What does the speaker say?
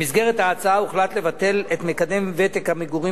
במסגרת ההצעה הוחלט לבטל את מקדם ותק המגורים